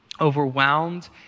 overwhelmed